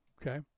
Okay